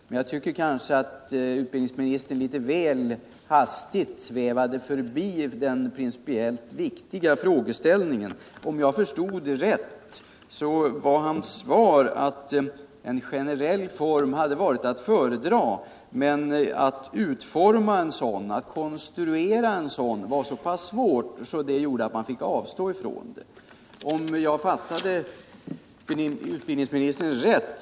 Men jag tycker att utbildningsministern litet väl hastigt svävade förbi denna principiellt viktiga frågeställning. Om jag förstod rätt så var hans svar att en generell form hade varit att föredra men att det var så pass svårt att konstruera en sådan att man fick avstå från det.